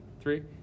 Three